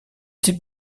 type